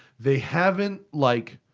they haven't. like.